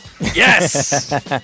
Yes